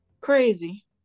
Crazy